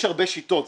יש הרבה שיטות.